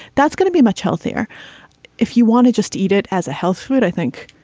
that's going to be much healthier if you want to just eat it as a health food. i think